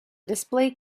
display